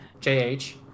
JH